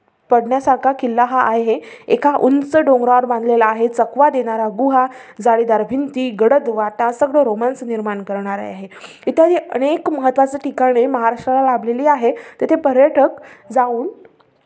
पडण्यासारखा किल्ला हा आहे एका उंच डोंगरावर बांधलेला आहे चकवा देणारा गुहा जाळीदार भिंती गडद वाटा सगळं रोमांच निर्माण करणारे आहे इत्यादी अनेक महत्त्वाचं ठिकाणे महाराष्ट्राला लाभलेली आहे तिथे पर्यटक जाऊन